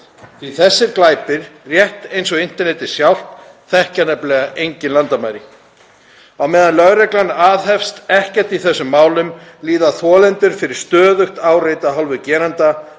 því þessir glæpir, rétt eins og internetið sjálft, þekkja nefnilega engin landamæri. Á meðan lögreglan aðhefst ekkert í þessum málum líða þolendur fyrir stöðugt áreiti af hálfu gerenda,